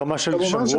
ברמה של שבועות?